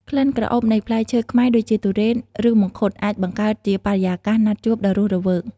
ក្លិនក្រអូបនៃផ្លែឈើខ្មែរដូចជា ធុរេន ឬមង្ឃុត អាចបង្កើតជាបរិយាកាសណាត់ជួបដ៏រស់រវើក។